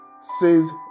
says